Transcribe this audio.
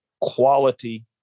quality